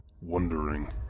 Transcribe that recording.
Wondering